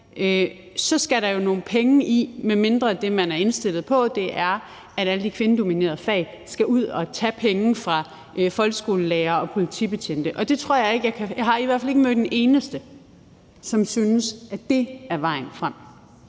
så skal nogle penge i det, medmindre det, man er indstillet på, er, at alle de kvindedominerede fag skal ud at tage penge fra folkeskolelærere og politibetjente, og det tror jeg ikke man er. Jeg har i hvert fald ikke mødt en eneste, som synes, at det er vejen frem.